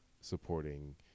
supporting